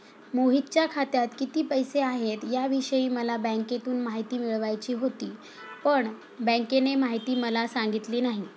मोहितच्या खात्यात किती पैसे आहेत याविषयी मला बँकेतून माहिती मिळवायची होती, पण बँकेने माहिती मला सांगितली नाही